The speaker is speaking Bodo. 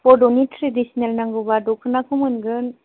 बड'नि ट्रेडिसनेल नांगौबा दखनाखौ मोनगोन